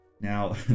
Now